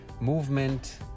movement